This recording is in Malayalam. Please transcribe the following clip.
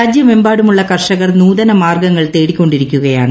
രാജ്യമെമ്പാടുമുള്ള കർഷകർ നൂതന മാർഗ്ഗങ്ങൾ തേടിക്കൊണ്ടിരിക്കുകയാണ്